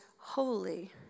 holy